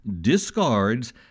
discards